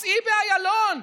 סעי באיילון,